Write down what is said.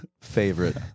favorite